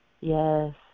Yes